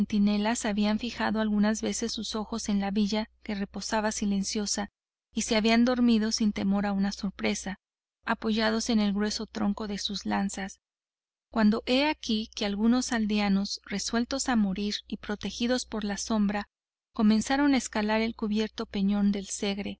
centinelas habían fijado algunas veces sus ojos en la villa que reposaba silenciosa y se habían dormido sin temor a una sorpresa apoyados en el grueso tronco de sus lanzas cuando he aquí que algunos aldeanos resueltos a morir y protegidos por la sombra comenzaron a escalar el enhiesto peñón del segre